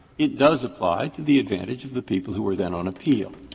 it does apply to the advantage of the people who were then on appeal.